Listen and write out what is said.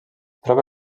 troba